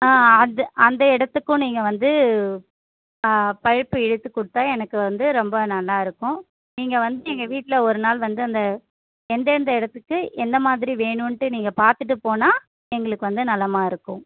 ஆ அது அந்த இடத்துக்கும் நீங்கள் வந்து பைப்பு இழுத்துக் கொடுத்தா எனக்கு வந்து ரொம்ப நல்லாயிருக்கும் நீங்கள் வந்து எங்கள் வீட்டில் ஒரு நாள் வந்து அந்த எந்தெந்த இடத்துக்கு எந்த மாதிரி வேணுன்ட்டு நீங்கள் பார்த்துட்டு போனால் எங்களுக்கு வந்து நலமாக இருக்கும்